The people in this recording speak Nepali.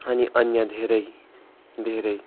अनि अन्य धेरै धेरै